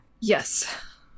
Yes